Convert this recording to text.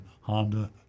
Honda